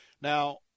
Now